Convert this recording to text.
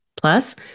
Plus